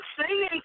singing